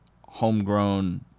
homegrown